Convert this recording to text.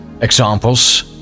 examples